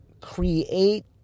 create